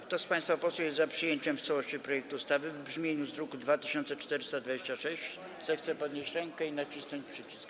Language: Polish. Kto z państwa posłów jest za przyjęciem w całości projektu ustawy w brzmieniu z druku nr 2426, zechce podnieść rękę i nacisnąć przycisk.